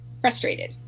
frustrated